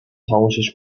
خاموشش